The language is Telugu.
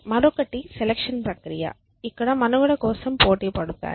మరొకటి సెలక్షన్ ప్రక్రియ ఇక్కడ మనుగడ కోసం పోటీపడతాయి